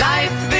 Life